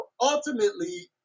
ultimately